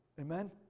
Amen